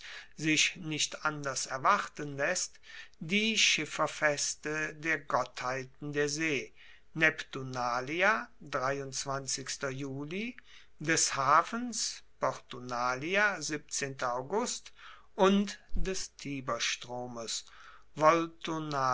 sich nicht anders erwarten laesst die schifferfeste der gottheiten der see des hafens und des tiberstromes